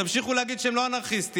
תמשיכו להגיד שהם לא אנרכיסטים.